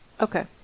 Okay